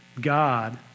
God